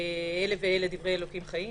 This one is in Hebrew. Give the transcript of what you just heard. אלה ואלה דברי אלוהים חיים.